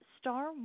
star